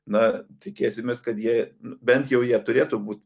na tikėsimės kad jei bent jau jie turėtų būt